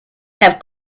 have